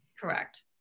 Correct